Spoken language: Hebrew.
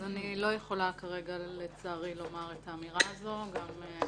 אני לא יכולה כרגע לומר את האמירה הזאת.